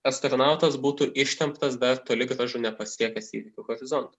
astronautas būtų ištemptas dar toli gražu nepasiekęs įvykių horizonto